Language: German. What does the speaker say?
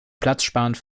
platzsparend